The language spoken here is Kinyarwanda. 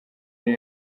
ari